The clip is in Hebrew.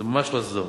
זה ממש לא סדום.